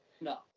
No